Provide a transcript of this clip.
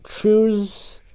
Choose